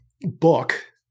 book